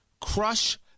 Crush